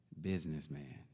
businessman